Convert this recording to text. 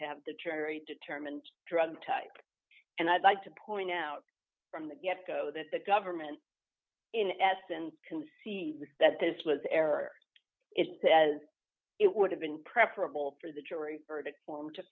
to have the jury determined drug and i'd like to point out from the get go that the government in essence concede that this was error it says it would have been preferable for the jury verdict form to